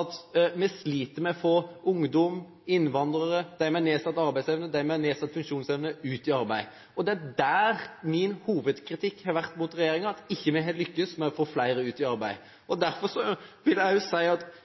at vi sliter med å få ungdom, innvandrere, dem med nedsatt arbeidsevne og dem med nedsatt funksjonsevne ut i arbeid. Det er der min hovedkritikk har vært mot regjeringen, at vi ikke har lyktes med å få flere ut i arbeid. Derfor vil jeg også si at